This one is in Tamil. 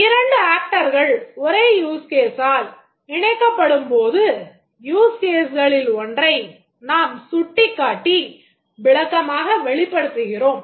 இரண்டு actorகள் ஒரே use case ஆல் இணைக்கப்படும்போது use caseகளில் ஒன்றை நாம் சுட்டிக்காட்டி விளக்கமாக வெளிப்படுத்துகிறோம்